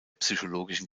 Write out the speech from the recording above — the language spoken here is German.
psychologischen